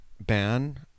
ban